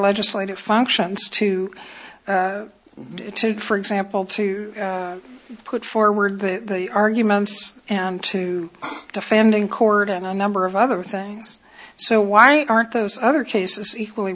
legislative functions to to for example to put forward the arguments and to defending court and a number of other things so why aren't those other cases equally